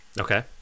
okay